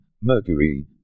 mercury